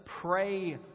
pray